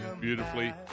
beautifully